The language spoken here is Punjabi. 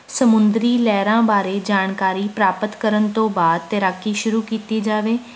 ਸਮੁੰਦਰੀ ਲਹਿਰਾਂ ਬਾਰੇ ਜਾਣਕਾਰੀ ਪ੍ਰਾਪਤ ਕਰਨ ਤੋਂ ਬਾਅਦ ਤੈਰਾਕੀ ਸ਼ੁਰੂ ਕੀਤੀ ਜਾਵੇ